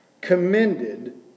commended